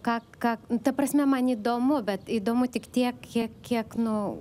ką ką ta prasme man įdomu bet įdomu tik tiek kiek kiek nu